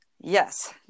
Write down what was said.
Yes